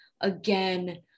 again